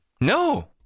No